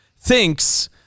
thinks